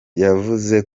yavuze